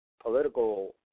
political